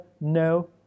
no